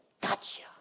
gotcha